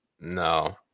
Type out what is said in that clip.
No